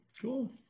Cool